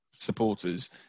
supporters